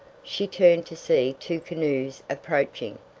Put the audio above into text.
she turned to see two canoes approaching!